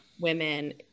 women